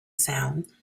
sound